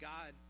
God